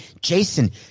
Jason